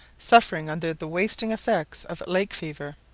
suffering under the wasting effects of lake-fever.